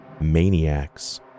maniacs